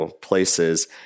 places